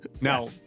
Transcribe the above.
Now